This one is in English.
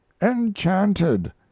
enchanted